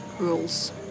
rules